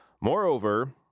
Moreover